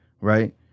right